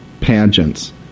pageants